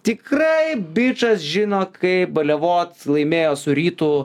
tikrai bičas žino kaip baliavot laimėjo su rytu